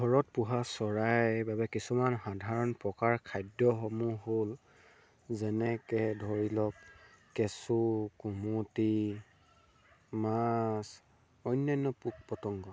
ঘৰত পোহা চৰাইৰ বাবে কিছুমান সাধাৰণ প্ৰকাৰ খাদ্যসমূহ হ'ল যেনেকৈ ধৰি লওক কেঁচু কুমটি মাছ অন্যান্য পোক পতংগ